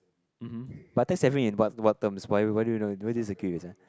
mm hmm but tech savvy in what what terms why why do you know why disagree with that